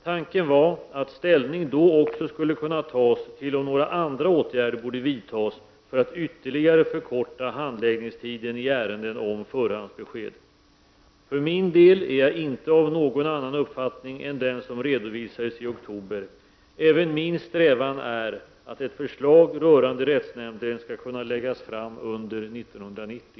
Tanken var att ställning då också skulle kunna tas till om några andra åtgärder borde vidtas för att ytterligare förkorta handläggningstiden i ärenden om förhandsbesked. För min del är jag inte av någon annan uppfattning än den som redovisades i oktober. Även min strävan är att ett förslag rörande rättsnämnden skall kunna läggas fram under 1990.